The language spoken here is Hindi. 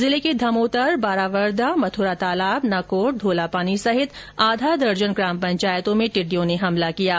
जिले के धमोतर बारावरदा मथुरा तालाब नकोर धोलापानी सहित आधा दर्जन ग्राम पंचायतों में टिड्डियों ने हमला किया है